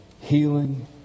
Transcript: healing